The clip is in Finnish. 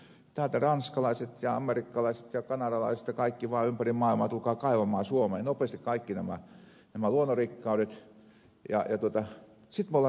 ei kun täältä ranskalaiset ja amerikkalaiset ja kanadalaiset ja kaikki vaan ympäri maailman tulkaa kaivamaan suomeen nopeasti kaikki nämä luonnonrikkaudet ja sitten me olemme tyytyväisiä